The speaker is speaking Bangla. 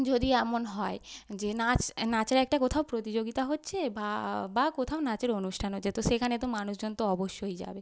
যদি এমন হয় যে নাচ নাচের একটা কোথাও প্রতিযোগিতা হচ্ছে বা বা কোথাও নাচের অনুষ্ঠান হচ্ছে তো সেখানে তো মানুষজন তো অবশ্যই যাবে